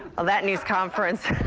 that news conference